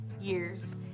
years